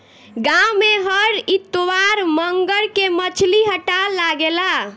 गाँव में हर इतवार मंगर के मछली हट्टा लागेला